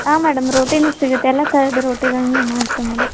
ಹಾಂ ಮೇಡಮ್ ರೋಟಿನೂ ಸಿಗುತ್ತೆ ಎಲ್ಲ ಥರದ್ದು ರೋಟಿಗಳನ್ನು ಮಾಡ್ತೀವಿ ಮೇಡಮ್